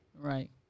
Right